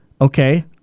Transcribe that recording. okay